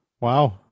Wow